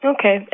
Okay